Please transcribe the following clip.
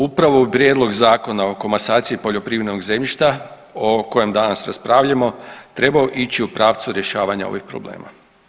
Upravo Prijedlog zakona o komasaciji poljoprivrednog zemljišta o kojem danas raspravljamo treba ići u pravcu rješavanja ovih problema.